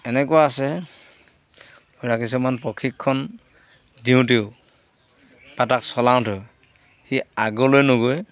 এনেকুৱা আছে এতিয়া কিছুমান প্ৰশিক্ষণ দিওঁতেও বা তাক চলাওঁতেও সি আগলৈ নগৈ